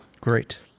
Great